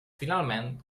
finalment